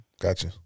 Gotcha